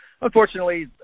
unfortunately